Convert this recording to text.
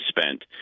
spent